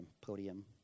podium